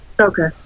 Okay